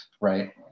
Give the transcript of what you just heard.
right